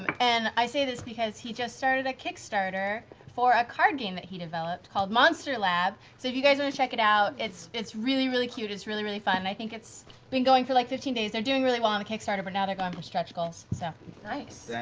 and i say this because he just started a kickstarter for a card game that he developed called monster lab, so if you guys want to check it out, it's it's really really cute, it's really really fun, i think it's been going for like fifteen days. they're doing really well on the kickstarter but now they're going for stretch goals, so. marisha nice!